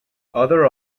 other